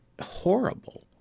horrible